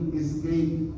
escape